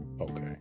okay